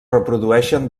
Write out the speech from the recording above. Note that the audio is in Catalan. reprodueixen